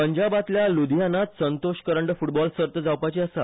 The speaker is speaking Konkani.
पंजाबांतल्या लुधियाना संतोश करंड फुटबॉल सर्त जावपाची आसा